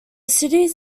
cities